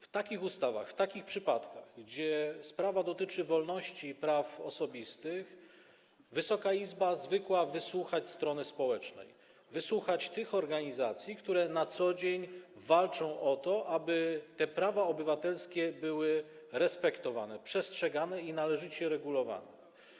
W takich ustawach, w takich przypadkach, gdzie sprawa dotyczy wolności i praw osobistych, Wysoka Izba zwykła wysłuchać strony społecznej, wysłuchać organizacji, które na co dzień walczą o to, aby te prawa obywatelski były respektowane, przestrzegane i należycie regulowane.